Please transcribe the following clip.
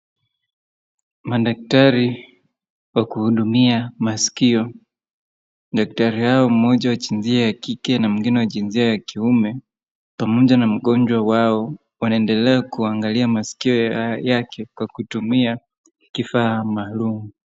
Madaktari wa kuhudumia masikio. Daktari hao mmoja wa jinsi ya kike na mwingine jinsia ya kiume pamoja na mgonjwa wao wanaendelea kuangalia masikio yake kwa kutumia kifaa maalum.